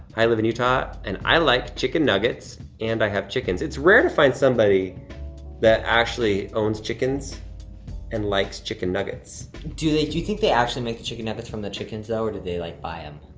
i live in utah and i like chicken nuggets and i have chickens. it's rare to find somebody that actually owns chickens and likes chicken nuggets. do they do you think they actually make the chicken nuggets from the chickens though or do they like buy em?